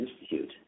Institute